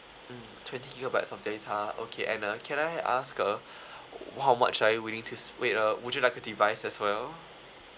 mm twenty gigabyte of data okay and uh can I ask uh how much are you willing to s~ wait uh would you like a device as well